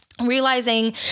realizing